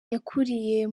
yakuriye